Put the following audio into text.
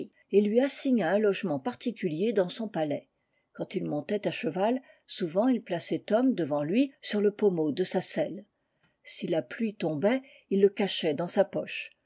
et lui assigna un logement particulier dans son palais quand il montait à cheval souvent il plaçait tom devant lui sur le pommeau de sa selle si la pluie tombait il le cachait dans sa poche